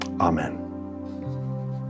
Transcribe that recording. Amen